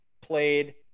played